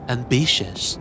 Ambitious